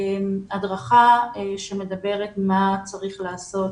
הדרכה שמדברת על מה צריך לעשות